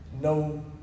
no